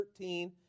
13